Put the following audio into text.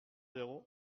zéro